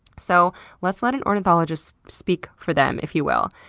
so let's let an ornithologist speak for them, if you will.